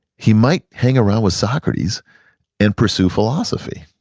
he might hang around with socrates and pursue philosophy.